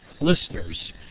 listeners